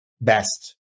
best